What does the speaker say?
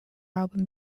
album